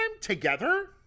together